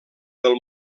del